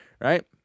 right